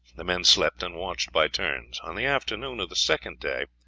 the men slept and watched by turns. on the afternoon of the second day,